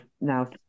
now